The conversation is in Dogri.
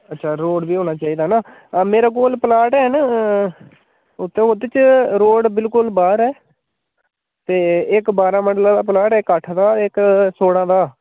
अच्छा रोड़ बी होना चाहिदा न मेरे कोल प्लाट हैन ते उत्थै ओह्दे च रोड़ बिल्कुल बाहर ऐ ते इक बारां मरला प्लाट ऐ इक अट्ठ दा ते इक सोलां दा